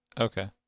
Okay